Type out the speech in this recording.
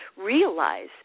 realize